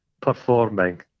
Performing